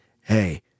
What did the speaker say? Hey